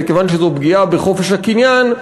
וכיוון שזו פגיעה בחופש הקניין,